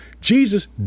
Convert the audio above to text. Jesus